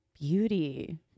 beauty